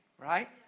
Right